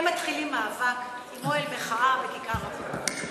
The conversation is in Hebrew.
מאבק עם אוהל מחאה בכיכר רבין.